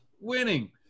winning